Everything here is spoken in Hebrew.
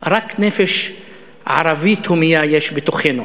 רק נפש ערבית הומייה יש בתוכנו,